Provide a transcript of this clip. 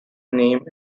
name